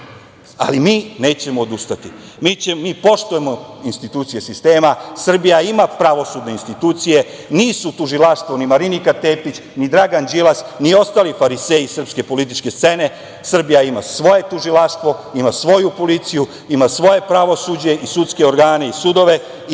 ali mi nećemo odustati. Mi poštujemo institucije sistema. Srbija ima pravosudne institucije. Nisu tužilaštvo ni Marinika Tepić, ni Dragan Đilas, ni ostali fariseji srpske političke scene. Srbija ima svoje tužilaštvo, ima svoju policiju, ima svoje pravosuđe i sudske organe i sudove i